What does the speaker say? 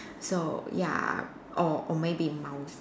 so ya or or maybe mouse